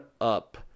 up